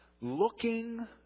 looking